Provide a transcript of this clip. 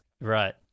Right